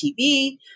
TV